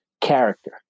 character